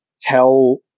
tell